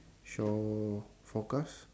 shower forecast